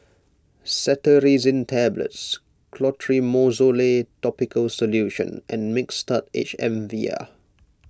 Cetirizine Tablets Clotrimozole Topical Solution and Mixtard H M vial